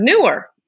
newer